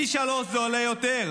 פי שלושה זה עולה יותר.